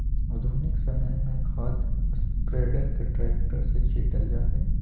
आधुनिक समय में खाद स्प्रेडर के ट्रैक्टर से छिटल जा हई